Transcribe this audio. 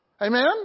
Amen